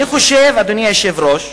אדוני היושב-ראש,